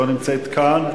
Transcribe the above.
לא נמצאת כאן.